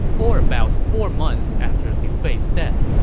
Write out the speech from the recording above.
or about four months after liu bei's death,